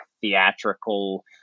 theatrical